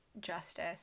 justice